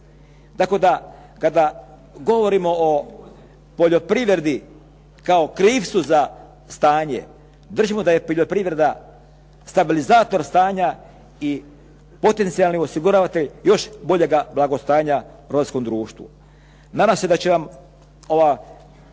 Tako da kada govorimo o poljoprivredi kao krivcu za stanje, držimo da je poljoprivreda stabilizator stanja i potencijalni osiguravatelj još boljega blagostanja u hrvatskom društvu.